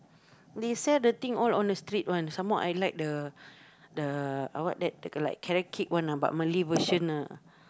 they sell the thing all on the street some more I like the the uh what that the like carrot cake one ah but Malay version ah